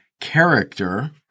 character